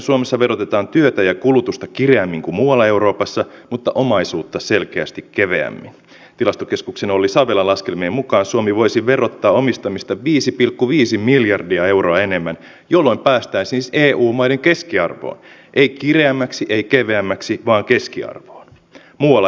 suomessa on myös tehtävä liikenneministeriön johdolla niin juna kuin lentoliikenteeseenkin ja koko liikennealalle uudistus jolla lisätään kilpailua ja saadaan liput halvemmiksi jotta matkustajia saadaan vuoroille enemmän jolloin päästäisiin eu maiden keskiarvoa ei kireämmäksi ei keveämmäksi vaan keskiarvoon muualla